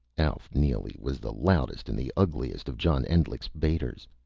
alf neely was the loudest and the ugliest of john endlich's baiters.